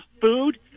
food